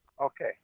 Okay